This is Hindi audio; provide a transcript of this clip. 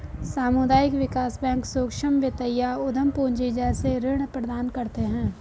सामुदायिक विकास बैंक सूक्ष्म वित्त या उद्धम पूँजी जैसे ऋण प्रदान करते है